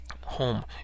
home